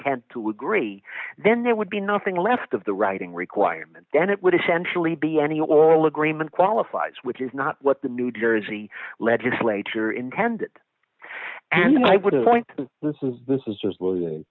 tent to agree then there would be nothing left of the writing requirement then it would essentially be any or d all agreement qualifies which is not what the new jersey legislature intended and i would have went with this is wil